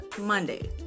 Monday